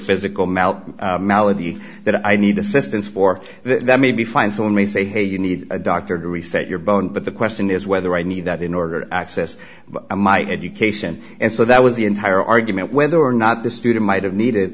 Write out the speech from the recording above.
malady that i need assistance for that may be fine someone may say hey you need a doctor to reset your bone but the question is whether i need that in order to access my education and so that was the entire argument whether or not the student might have needed